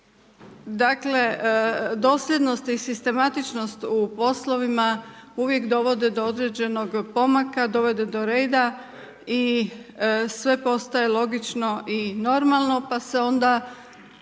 dakle, dosljednosti i sistematičnost u poslovima, uvijek dovode do određenog pomaka, dovede do reda i sve postaje logično i normalno. Pa se onda,